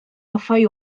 hoffai